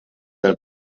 del